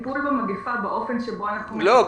הטיפול במגפה באופן שבו אנחנו --- לא,